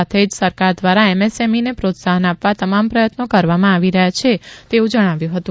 સાથે જ સરકાર દ્વારા એમએસએમઇને પ્રોત્સાહન આપવા તમામ પ્રયત્નો કરવામાં આવી રહ્યા છે તેવું જણાવ્યું હતું